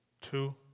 Two